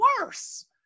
worse